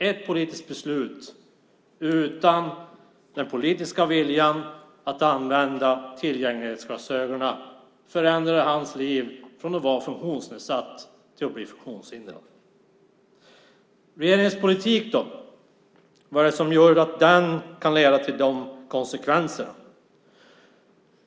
Ett politiskt beslut utan den politiska viljan att använda tillgänglighetsglasögonen förändrade hans liv från att vara funktionsnedsatt till att bli funktionshindrad. Vad är det som gör att regeringens politik kan leda till de konsekvenserna?